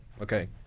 Okay